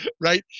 Right